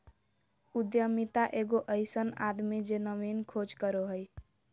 उद्यमिता एगो अइसन आदमी जे नवीन खोज करो हइ